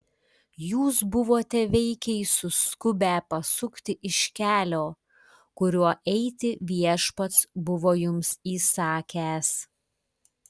jūs buvote veikiai suskubę pasukti iš kelio kuriuo eiti viešpats buvo jums įsakęs